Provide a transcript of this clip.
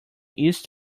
east